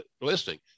listening